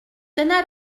dyna